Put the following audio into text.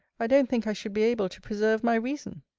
i don't think i should be able to preserve my reason.